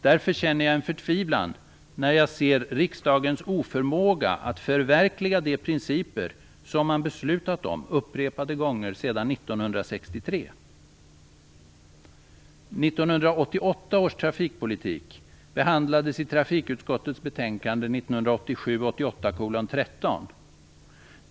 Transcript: Därför känner jag en förtvivlan när jag ser riksdagens oförmåga att förverkliga de principer som man beslutat om upprepade gånger sedan 1963. 1988 års trafikpolitik behandlades i trafikutskottets betänkande 1987/88:13.